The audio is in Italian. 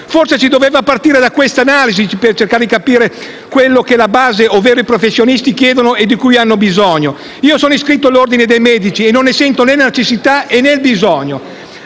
Forse si doveva partire da questa analisi per cercare di capire quello che la base ovvero i professionisti chiedono e di cui hanno bisogno. Io sono iscritto all'Ordine dei medici e non se sento né la necessità, né il bisogno.